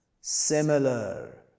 similar